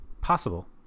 Possible